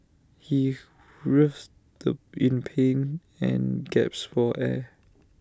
he writhed the in pain and gasped for air